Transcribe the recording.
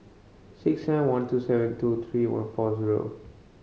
six seven one two seven two three one four zero